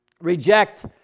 reject